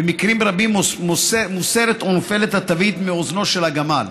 במקרים רבים מוסרת או נופלת התווית מאוזנו של הגמל,